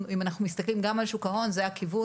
אם אנחנו מסתכלים גם על שוק ההון זה הכיוון,